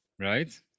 right